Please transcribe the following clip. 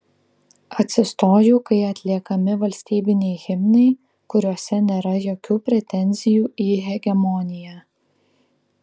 atsistoju kai atliekami valstybiniai himnai kuriuose nėra jokių pretenzijų į hegemoniją